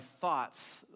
thoughts